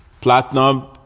platinum